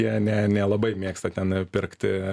jie ne nelabai mėgsta ten pirkti